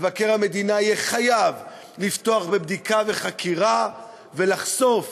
מבקר המדינה יהיה חייב לפתוח בבדיקה ובחקירה ולחשוף